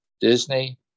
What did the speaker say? Disney